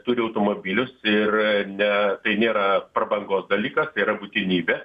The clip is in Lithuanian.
turi automobilius ir ne tai nėra prabangos dalykas tai yra būtinybė